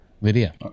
Lydia